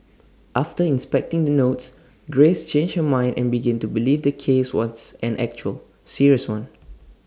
after inspecting the notes grace changed her mind and began to believe the case was an actual serious one